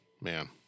Man